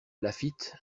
laffitte